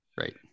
Right